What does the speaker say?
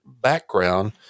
background